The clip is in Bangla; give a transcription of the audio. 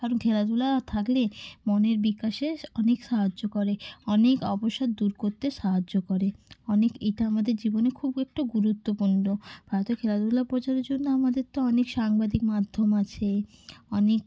কারণ খেলাধুলা থাকলে মনের বিকাশে অনেক সাহায্য করে অনেক অবসাদ দূর করতে সাহায্য করে অনেক এটা আমাদের জীবনে খুব একটা গুরুত্বপূর্ণ ভারতের খেলাধুলা প্রচারের জন্য আমাদের তো অনেক সাংবাদিক মাধ্যম আছে অনেক